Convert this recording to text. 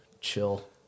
chill